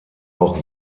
auch